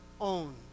own